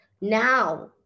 Now